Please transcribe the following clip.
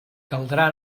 caldrà